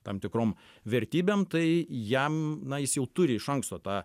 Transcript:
tam tikrom vertybėm tai jam na jis jau turi iš anksto tą